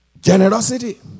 Generosity